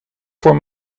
voor